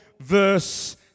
verse